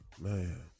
Man